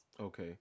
Okay